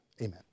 amen